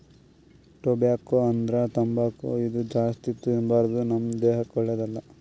tobacco ಅಂದ್ರ ತಂಬಾಕ್ ಇದು ಜಾಸ್ತಿ ತಿನ್ಬಾರ್ದು ನಮ್ ದೇಹಕ್ಕ್ ಒಳ್ಳೆದಲ್ಲ